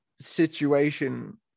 situation